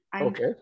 Okay